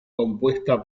compuesta